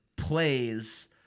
plays